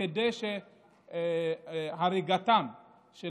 כדי שהריגתם של